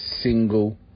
single